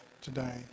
today